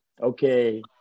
okay